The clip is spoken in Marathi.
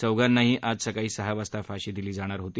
चौघांनाही आज सकाळी सहा वाजता फाशी दिली जाणार होती